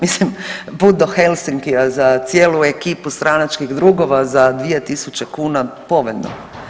Mislim put do Helsinkija za cijelu ekipu stranačkih drugova za 2.000 kuna, povoljno.